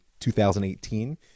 2018